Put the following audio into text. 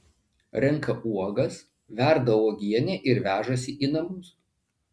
renka uogas verda uogienę ir vežasi į namus